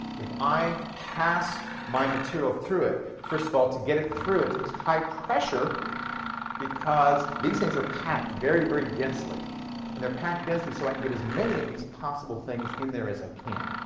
if i pass my material through it, first of all, to get it through, it takes high pressure because these things are packed very, very densely and they're packed densely so i can get as many of these possible things in there as i can.